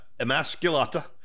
Emasculata